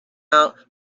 out